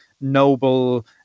noble